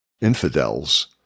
infidels